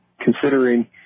considering